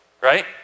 right